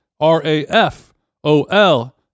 r-a-f-o-l